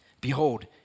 behold